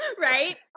Right